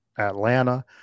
atlanta